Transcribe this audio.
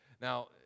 Now